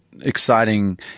exciting